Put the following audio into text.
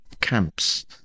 camps